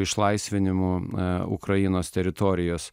išlaisvinimu a ukrainos teritorijos